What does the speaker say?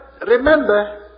remember